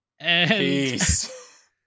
Peace